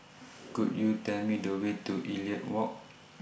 Could YOU Tell Me The Way to Elliot Walk